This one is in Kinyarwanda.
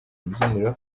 rubyiniro